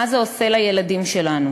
מה זה עושה לילדים שלנו?